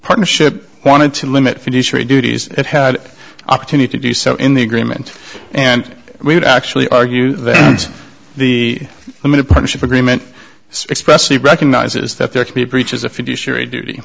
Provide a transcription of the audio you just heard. partnership wanted to limit fishery duties it had opportunity to do so in the agreement and we would actually argue that the limited partnership agreement express it recognizes that there could be breaches